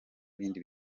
bindi